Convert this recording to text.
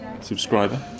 subscriber